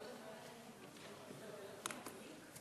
שלוש דקות,